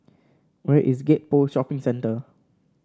where is Gek Poh Shopping Centre